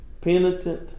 penitent